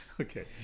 Okay